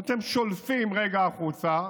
אתם שולפים רגע החוצה,